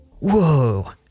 whoa